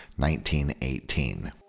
1918